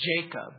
Jacob